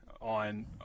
on